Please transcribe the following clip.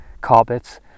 carpets